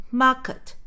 market